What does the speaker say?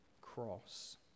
cross